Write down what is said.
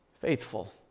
faithful